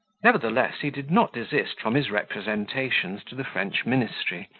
nevertheless, he did not desist from his representations to the french ministry,